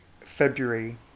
February